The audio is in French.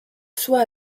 soit